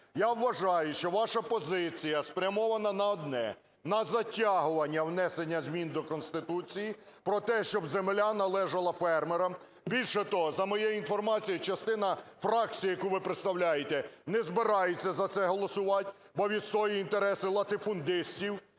Я вважаю, що ваша позиція спрямована на одне: на затягування внесення змін до Конституції, про те, щоб земля належала фермерам. Більше того, за моєю інформацією, частина фракції, яку ви представляєте, не збирається за це голосувати, бо відстоює інтереси латифундистів,